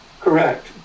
Correct